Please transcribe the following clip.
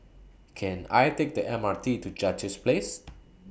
Can I Take The M R T to Duchess Place